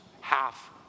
half